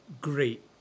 great